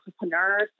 entrepreneurs